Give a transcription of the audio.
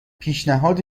پیشنهاد